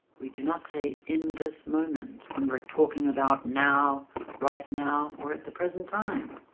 we do not say in this moment when we're talking about now right now or at the present time